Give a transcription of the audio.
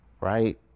right